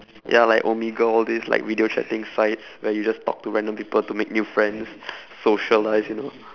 ya like omegle all this like video chatting sites where you just talk to random people to make new friends socialise you know